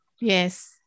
Yes